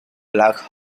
black